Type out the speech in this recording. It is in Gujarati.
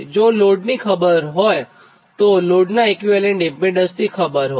જો લોડની ખબર હોયતો લોડનાં ઇક્વીવેલન્ટ ઇમ્પીડન્સની ખબર હોય